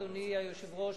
אדוני היושב-ראש,